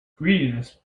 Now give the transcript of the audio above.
greediness